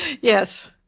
Yes